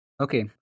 Okay